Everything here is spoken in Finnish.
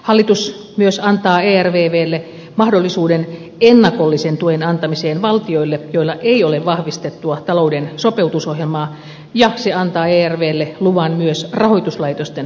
hallitus myös antaa ervvlle mahdollisuuden ennakollisen tuen antamiseen valtioille joilla ei ole vahvistettua talouden sopeutusohjelmaa ja se antaa ervvlle luvan myös rahoituslaitosten pääomittamiseen